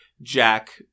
Jack